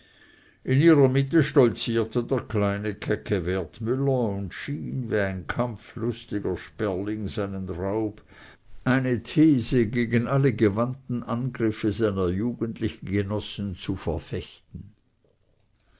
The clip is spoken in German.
in ihrer mitte stolzierte der kleine kecke wertmüller und schien wie ein kampflustiger sperling seinen raub eine these gegen alle gewandten angriffe seiner jugendlichen genossen zu verfechten